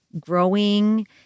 growing